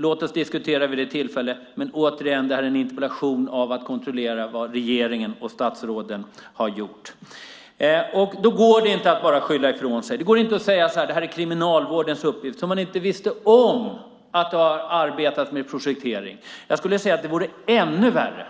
Låt oss diskutera det vid tillfälle. Men detta är återigen en interpellationsdebatt för att kontrollera vad regeringen och statsråden har gjort. Då går det inte bara att skylla ifrån sig. Det går inte att säga att det är Kriminalvårdens uppgift, som om man inte visste om att det har arbetats med projektering. Jag skulle vilja säga att det vore ännu värre